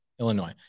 Illinois